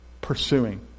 pursuing